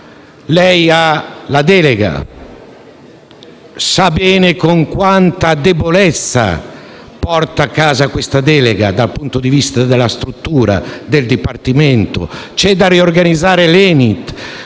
Lei ha la delega e sa bene con quanta debolezza la porta a casa dal punto di vista della struttura del Dipartimento. C'è da riorganizzare l'ENIT.